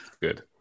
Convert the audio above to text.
Good